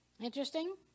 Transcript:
Interesting